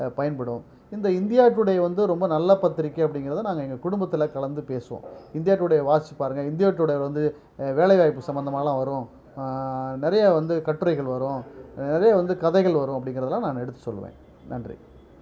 பயன்படும் இந்த India Today வந்து ரொம்ப நல்ல பத்திரிக்கை அப்படிங்குறத நாங்கள் எங்கள் குடும்பத்தில் கலந்து பேசுவோம் இந்தியா டுடே வாசித்து பாருங்கள் இந்தியா டுடேல வந்து வேலை வாய்ப்பு சம்மந்தமாகலாம் வரும் நிறைய வந்து கட்டுரைகள் வரும் நிறைய வந்து கதைகள் வரும் அப்படிங்குறதலாம் நான் எடுத்து சொல்வேன் நன்றி